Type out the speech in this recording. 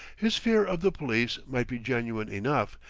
his fear of the police might be genuine enough,